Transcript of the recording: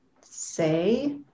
say